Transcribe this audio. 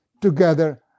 together